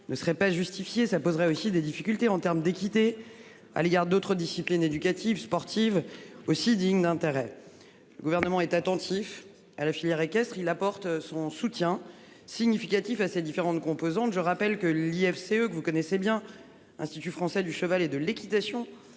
ne serait pas justifié ça poserait aussi des difficultés en termes d'équité à l'égard d'autres disciplines éducatives, sportives. Aussi dignes d'intérêt. Le gouvernement est attentif à la filière équestre, il apporte son soutien significatif à ses différentes composantes. Je rappelle que l'IFC eux que vous connaissez bien. Institut français du cheval et de l'équitation